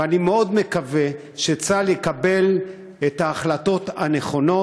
ואני מאוד מקווה שצה"ל יקבל את ההחלטות הנכונות.